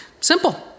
Simple